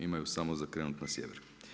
Imaju samo za krenuti na sjever.